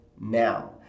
now